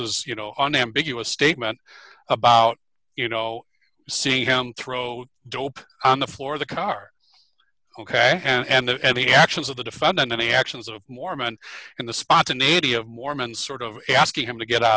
you know unambiguous statement about you know seen him throw dope on the floor of the car ok and the actions of the defendant and the actions of a mormon in the spontaneity of mormons sort of asking him to get out